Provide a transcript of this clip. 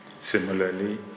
Similarly